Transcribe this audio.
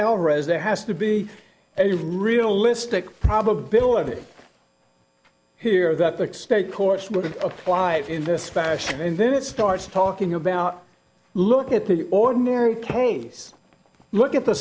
alvarez there has to be a realistic probability here that the state courts would apply it in this fashion and then it starts talking about look at the ordinary case look at the